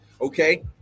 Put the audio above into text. okay